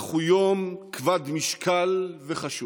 אך הוא יום כבד משקל וחשוב.